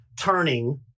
turning